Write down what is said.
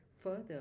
further